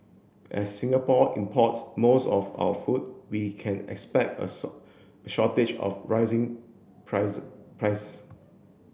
as Singapore import's most of our food we can expect a shortage of rising prices